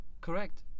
correct